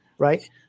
right